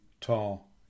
Tall